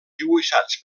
dibuixats